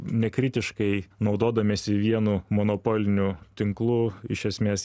nekritiškai naudodamiesi vienu monopoliniu tinklu iš esmės